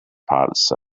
pulse